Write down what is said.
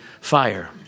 fire